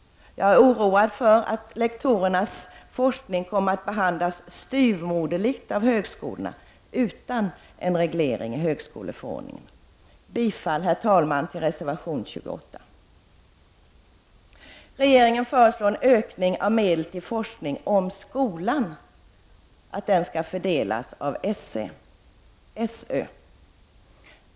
Jag är oroad för att lektorernas forskning kommer att behandlas styvmoderligt på högskolorna, om den inte regleras i högskoleförordningen. Jag yrkar bifall till reservation 28. Herr talman! Regeringen föreslår en ökning av medlen till forskning om skolan, som skall fördelas av SÖ.